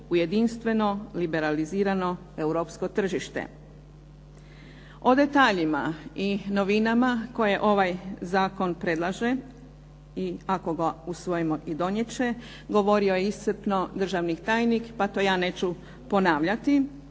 jedinstveno liberalizirano europsko tržište. O detaljima i novinama koje ovaj zakon predlaže i ako ga usvojimo i donijet će govorio je iscrpno državni tajnik, pa to ja neću ponavljati.